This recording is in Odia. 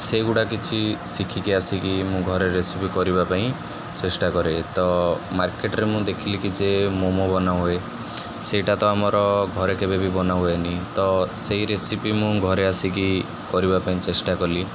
ସେଇଗୁଡ଼ା କିଛି ଶିଖିକି ଆସିକି ମୁଁ ଘରେ ରେସିପି କରିବା ପାଇଁ ଚେଷ୍ଟା କରେ ତ ମାର୍କେଟରେ ମୁଁ ଦେଖିଲି କି ଯେ ମୋମୋ ବନାହୁଏ ସେଇଟା ତ ଆମର ଘରେ କେବେ ବି ବନାହୁଏନି ତ ସେଇ ରେସିପି ମୁଁ ଘରେ ଆସିକି କରିବା ପାଇଁ ଚେଷ୍ଟା କଲି